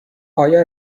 آیا